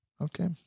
Okay